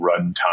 runtime